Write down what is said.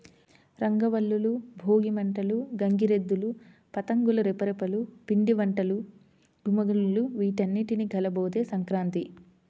రంగవల్లులు, భోగి మంటలు, గంగిరెద్దులు, పతంగుల రెపరెపలు, పిండివంటల ఘుమఘుమలు వీటన్నింటి కలబోతే సంక్రాంతి